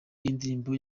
yindirimbo